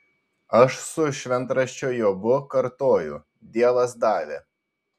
aš su šventraščio jobu kartoju dievas davė